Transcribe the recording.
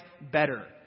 better